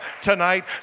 tonight